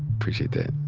appreciate that.